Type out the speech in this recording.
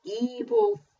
evil